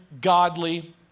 godly